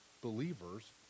believers